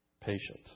Patient